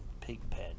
pigpen